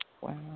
Wow